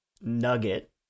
Nugget